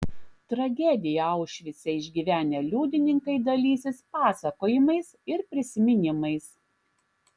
tragediją aušvice išgyvenę liudininkai dalysis pasakojimais ir prisiminimais